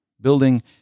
building